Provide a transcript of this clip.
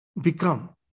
become